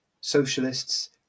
socialists